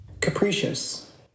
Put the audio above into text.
Capricious